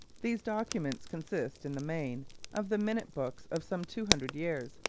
these documents consist in the main of the minute books of some two hundred years,